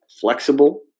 flexible